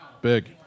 Big